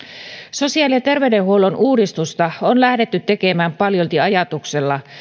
sosiaali ja terveydenhuollon uudistusta on lähdetty tekemään paljolti ajatuksella